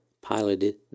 piloted